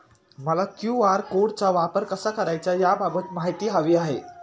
मला क्यू.आर कोडचा वापर कसा करायचा याबाबत माहिती हवी आहे